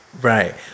Right